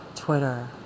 Twitter